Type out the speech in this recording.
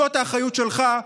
זאת האחריות שלך.